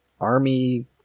army